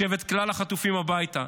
השב את כלל החטופים הביתה.